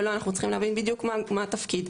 אנחנו צריכים להבין מה התפקיד,